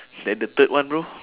then the third one bro